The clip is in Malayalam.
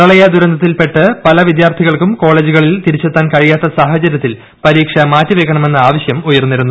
പ്രളയദുരന്തത്തിൽപ്പെട്ട് പല വിദ്യാർത്ഥികൾക്കും കോളേജുകളിൽ തിരിച്ചെത്താൻ കഴിയാത്ത സാഹചര്യത്തിൽ പരീക്ഷ മാറ്റി വയ്ക്കണമെന്ന ആവശ്യം ഉയർന്നിരുന്നു